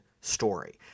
story